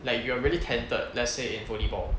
like if you are really talented let's say in volleyball